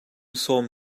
sawm